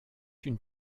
une